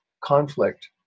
conflict